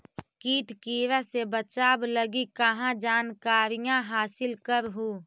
किट किड़ा से बचाब लगी कहा जानकारीया हासिल कर हू?